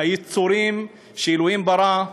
היצורים שאלוהים ברא,